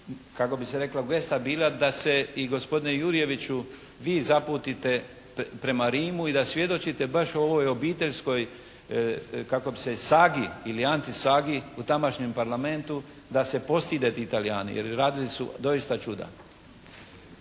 kako bi se reklo gesta bila da se i gospodine Jurjeviću vi zaputite prema Rimu i da svjedočite baš o ovoj obiteljskoj kako bi se sagi, ili antisagi, u tamošnjem Parlamentu da se postide ti Talijani. Jer radili su doista čuda.